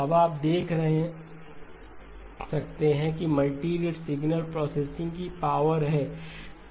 अब आप देख सकते हैं कि यह मल्टीरेट सिग्नल प्रोसेसिंग की पावर है